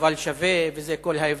אבל שווה, וזה כל ההבדל.